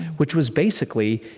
which was basically,